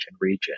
region